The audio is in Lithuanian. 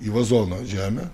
į vazono žemę